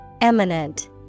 Eminent